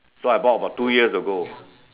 so I bought about two years ago